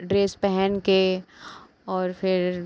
dress पहनकर और फिर